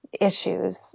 issues